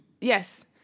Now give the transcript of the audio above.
Yes